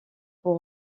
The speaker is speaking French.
pour